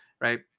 right